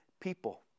people